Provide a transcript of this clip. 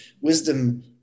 wisdom